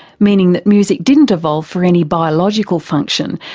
meaning that music didn't evolve for any biological function,